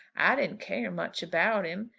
i didn't care much about him,